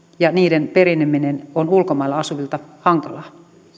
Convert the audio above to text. ja niiden periminen on ulkomailla asuvilta hankalaa